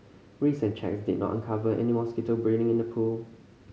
recent checks did not uncover any mosquito breeding in the pool